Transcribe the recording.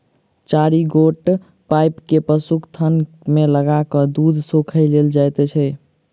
चारि गोट पाइप के पशुक थन मे लगा क दूध सोइख लेल जाइत छै